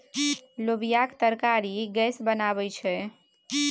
लोबियाक तरकारी गैस बनाबै छै